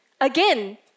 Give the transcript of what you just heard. again